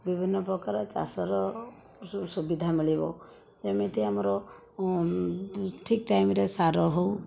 ବିଭିନ୍ନ ପ୍ରକାର ଚାଷର ସୁବିଧା ମିଳିବ ଯେମିତି ଆମର ଠିକ୍ ଟାଇମ୍ରେ ସାର ହେଉ